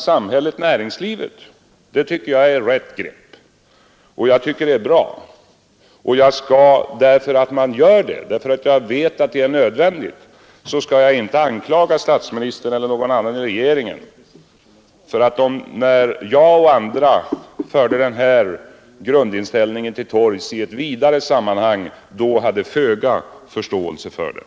Det är ett riktigt grepp att försöka åstadkomma en samverkan mellan samhället och näringslivet. Därför att jag vet att det är nödvändigt skall jag inte anklaga statsministern eller någon annan i regeringen för att de, när jag och andra förde den här grundinställningen till torgs i ett vidare sammanhang, hade föga förståelse för den.